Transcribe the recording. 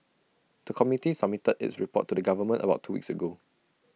the committee submitted its report to the government about two weeks ago